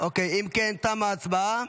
אם כן, תמה ההצבעה.